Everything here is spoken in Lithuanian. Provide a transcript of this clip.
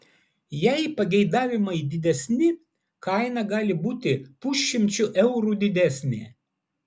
jei pageidavimai didesni kaina gali būti pusšimčiu eurų didesnė